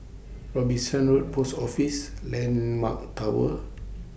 Robinson Road Post Office Landmark Tower